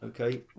Okay